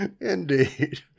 Indeed